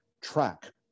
track